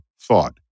thought